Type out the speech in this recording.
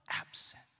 absent